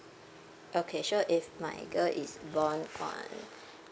okay so if my girl is born on